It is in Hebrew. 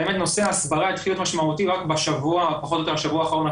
באמת נושא ההסברה התחיל להיות משמעותי רק פחות או יותר בשבוע האחרון,